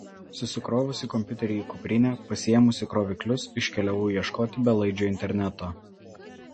susikrovusi kompiuterį į kuprinę pasiėmusi kroviklius iškeliavau ieškoti belaidžio interneto